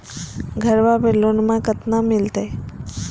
घरबा पे लोनमा कतना मिलते?